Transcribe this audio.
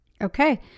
Okay